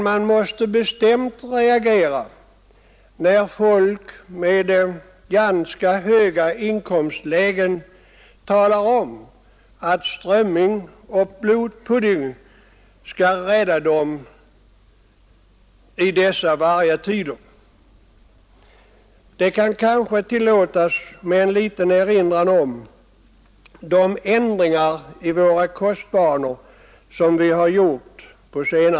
Man måste dock bestämt reagera, när folk med ganska höga inkomster talar om att strömming och blodpudding skall rädda dem i dessa vargatider. En liten erinran om ändringarna i våra kostvanor på senare tid kanske kan tillåtas.